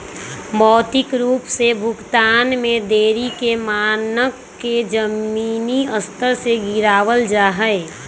भौतिक रूप से भुगतान में देरी के मानक के जमीनी स्तर से गिरावल जा हई